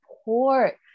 support